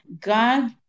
God